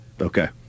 Okay